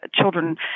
children